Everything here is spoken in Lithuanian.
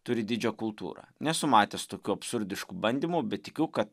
turi didžią kultūrą nesu matęs tokių absurdiškų bandymų bet tikiu kad